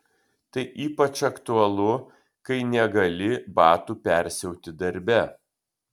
tai ypač aktualu kai negali batų persiauti darbe